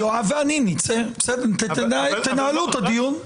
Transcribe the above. יואב ואני נצא, תנהלו את הדיון.